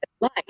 light